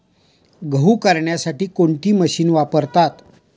गहू करण्यासाठी कोणती मशीन वापरतात?